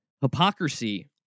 hypocrisy